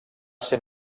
ser